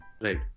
Right